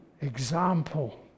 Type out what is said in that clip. example